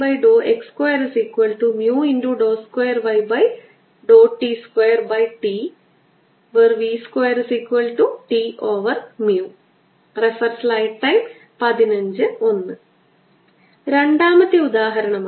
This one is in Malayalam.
Qenclosed4πC0e λr പ്രശ്ന നമ്പർ 8 ഇലക്ട്രിക് ഫീൽഡിനായി നമ്മൾ വീണ്ടും E ഇലക്ട്രിക് ഫീൽഡിലേക്ക് തിരികെയെത്തുന്നു r അത് C e raise to minus lambda R over R cubed vector R ന് തുല്യമാണ്